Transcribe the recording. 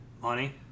Money